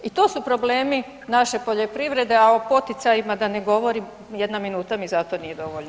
I to su problemi naše poljoprivrede a o poticajnima da ne govorim, jedna minuta mi za to nije dovoljna.